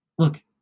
Look